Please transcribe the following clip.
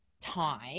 time